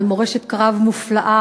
על מורשת קרב מופלאה,